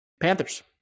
Panthers